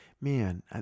man